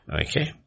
okay